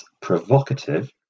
provocative